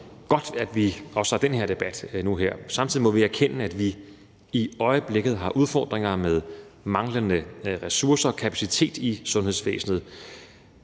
godt, at vi også nu har den her debat. Samtidig må vi erkende, at vi i øjeblikket har udfordringer med manglende ressourcer, kapacitet, i sundhedsvæsenet.